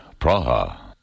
Praha